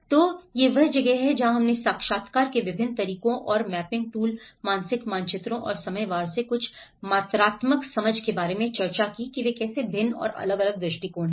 तो यह वह जगह है जहां हमने साक्षात्कार के विभिन्न तरीकों और मैपिंग टूल मानसिक मानचित्रों और समय वार से कुछ मात्रात्मक समझ के बारे में चर्चा की कि वे कैसे भिन्न और अलग अलग दृष्टिकोण हैं